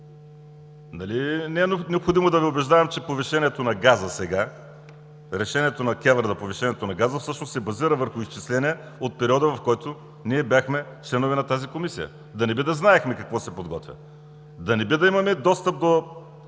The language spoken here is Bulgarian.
не е необходимо да Ви убеждавам, че повишението на газа сега, решението на КЕВР за повишаването на газа всъщност се базира върху изчисления от периода, в който ние бяхме членове на тази Комисия? Да не би да знаехме какво се подготвя? Да не би да имаме достъп до